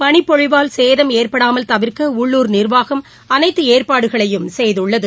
பனிப்பொழிவால் சேதம் ஏற்படாமல் தவிர்க்க உள்ளூர் நிர்வாகம் அனைத்து ஏற்பாடுகளையும் செய்துள்ளது